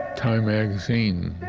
time magazine